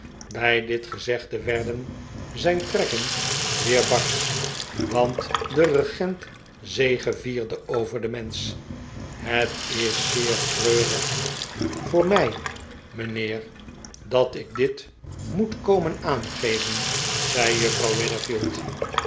bij dit gezegde werden zijn trekken weer barschj want de regent zegevierde oyer den mensch het is zeer treurig voor mij mijnheer dat ik dit moet komen aangeven zei juffrouw